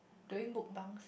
doing mukbangs